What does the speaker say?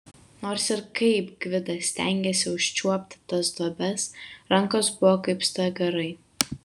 nors ir kaip gvidas stengėsi užčiuopti tas duobes rankos buvo kaip stagarai